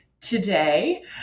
today